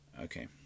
Okay